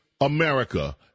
America